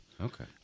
Okay